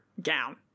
gown